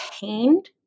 pained